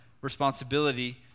responsibility